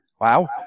Wow